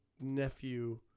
Nephew